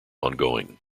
ongoing